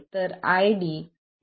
तर ID 200 microampere आहे